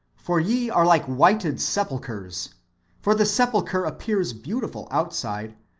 for ye are like whited sepulchres. for the sepulchre appears beautiful outside,